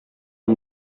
amb